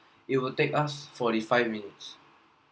it will take us forty-five minutes